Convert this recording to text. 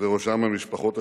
בראשם המשפחות השכולות,